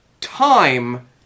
time